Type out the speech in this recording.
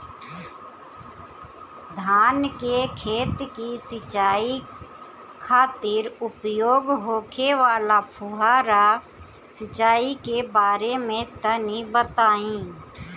धान के खेत की सिंचाई खातिर उपयोग होखे वाला फुहारा सिंचाई के बारे में तनि बताई?